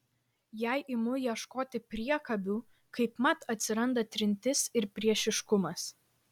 jei imu ieškoti priekabių kaipmat atsiranda trintis ir priešiškumas